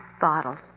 Bottles